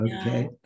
Okay